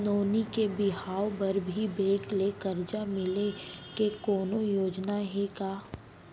नोनी के बिहाव बर भी बैंक ले करजा मिले के कोनो योजना हे का?